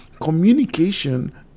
communication